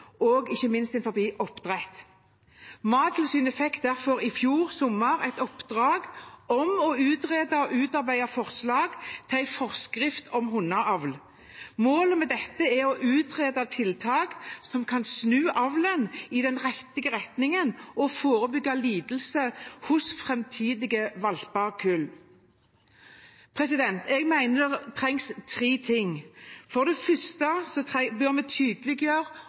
og ikke minst innenfor oppdrett. Mattilsynet fikk derfor i fjor sommer et oppdrag om å utrede og utarbeide forslag til en forskrift om hundeavl. Målet med dette er å utrede tiltak som kan snu avlen i riktig retning og forebygge lidelser hos framtidige valpekull. Jeg mener det er tre ting som trengs. For det første bør vi tydeliggjøre